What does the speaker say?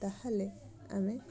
ତା'ହେଲେ ଆମେ